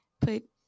put